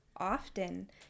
Often